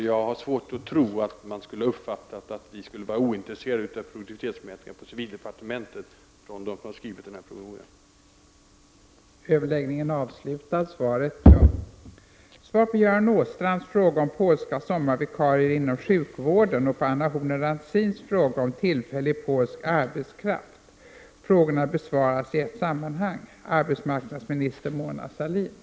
Jag har svårt att tro att de som har skrivit promemorian skulle ha uppfattat att vi på civildepartementet skulle vara ointresserade av produktivitetsmätningar .